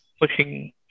pushing